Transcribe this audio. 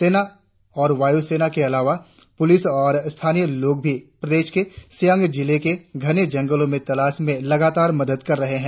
सेना और वायुसेना के अलावा पुलिस और स्थानीय लोग भी प्रदेश के सियांग जिले के घने जंगलों में तलाश में लगातार मदद कर रहे हैं